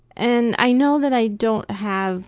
and i know that i don't have